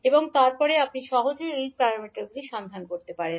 এবং তারপরে আপনি সহজেই h প্যারামিটারগুলি সন্ধান করতে পারেন